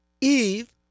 Eve